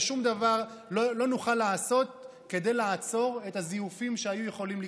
ושום דבר לא נוכל לעשות כדי לעצור את הזיופים שהיו יכולים לקרות.